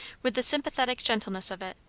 with the sympathetic gentleness of it,